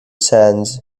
sands